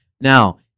Now